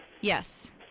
Yes